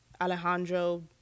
Alejandro